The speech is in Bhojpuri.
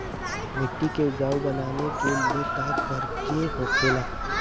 मिट्टी के उपजाऊ बनाने के लिए का करके होखेला?